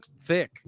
thick